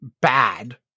Bad